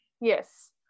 Yes